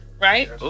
right